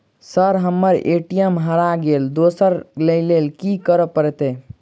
Sir हम्मर ATM हरा गइलए दोसर लईलैल की करऽ परतै?